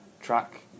track